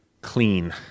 clean